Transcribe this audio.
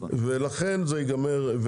ולכן זה ייגמר.